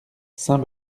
saint